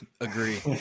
Agree